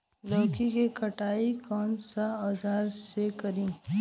लौकी के कटाई कौन सा औजार से करी?